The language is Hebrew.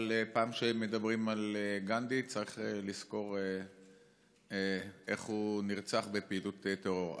אבל כל פעם שמדברים על גנדי יש לזכור כיצד הוא נרצח בפעילות טרור.